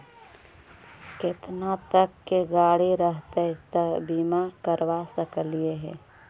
केतना तक के गाड़ी रहतै त बिमा करबा सकली हे?